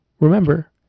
Remember